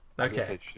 okay